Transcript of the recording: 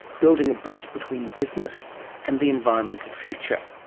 building a bridge between business and the environmental future.